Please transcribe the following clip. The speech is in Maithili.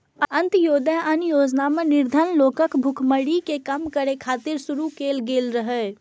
अंत्योदय अन्न योजना निर्धन लोकक भुखमरी कें कम करै खातिर शुरू कैल गेल रहै